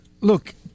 Look